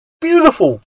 Beautiful